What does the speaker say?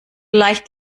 leicht